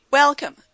Welcome